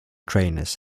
trainers